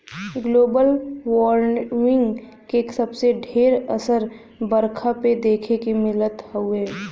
global warming के सबसे ढेर असर बरखा पे देखे के मिलत हउवे